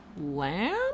lamb